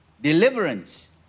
deliverance